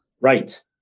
Right